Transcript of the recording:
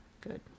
Good